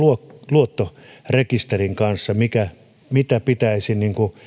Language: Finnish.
luottorekisterin kanssa mitä pitäisi